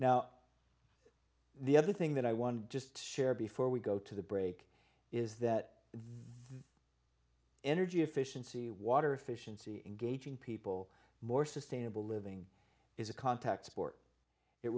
now the other thing that i want to just share before we go to the break is that the energy efficiency water efficiency engaging people more sustainable living is a contact sport it